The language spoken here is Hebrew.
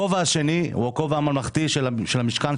הכובע השני הוא הכובע הממלכתי של המשכן,